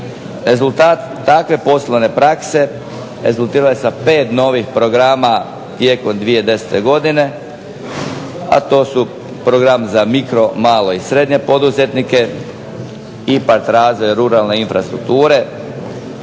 Rezultat takve poslovne prakse rezultirao je sa 5 novih programa tijekom 2010. godine, a to su program za mikro, malo i srednje poduzetnike, IPARD razvoj ruralne infrastrukture,